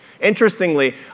Interestingly